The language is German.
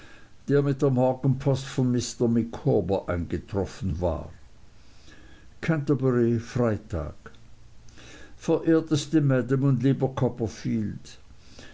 der mit der morgenpost von mr micawber eingetroffen war canterbury freitag verehrteste maam und lieber copperfield